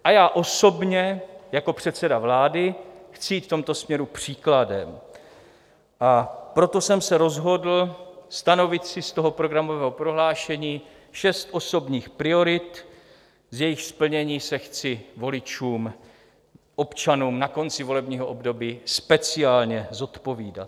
A já osobně jako předseda vlády chci jít v tomto směru příkladem, a proto jsem se rozhodl stanovit si z toho programového prohlášení šest osobních priorit, z jejichž splnění se chci voličům, občanům na konci volebního období speciálně zodpovídat.